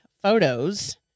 photos